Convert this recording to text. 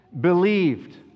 believed